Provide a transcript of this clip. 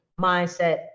mindset